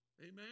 Amen